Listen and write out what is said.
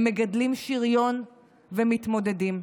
הם מגדלים שריון ומתמודדים.